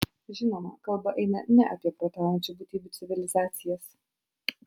žinoma kalba eina ne apie protaujančių būtybių civilizacijas